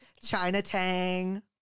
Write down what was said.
Chinatang